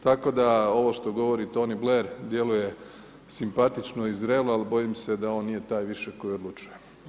Tako da ovo što govori Toni Blaire djeluje simpatično i zrelo, ali bojim se da on nije taj više koji odlučuje.